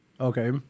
Okay